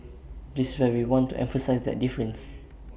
this is where we want to emphasise that difference